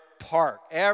park